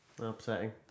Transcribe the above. upsetting